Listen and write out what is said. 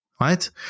Right